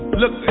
look